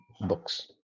books